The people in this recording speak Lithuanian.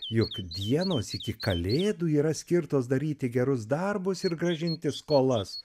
jog dienos iki kalėdų yra skirtos daryti gerus darbus ir grąžinti skolas